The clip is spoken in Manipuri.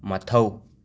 ꯃꯊꯧ